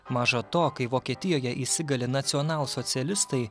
maža to kai vokietijoje įsigali nacionalsocialistai